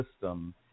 system